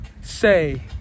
say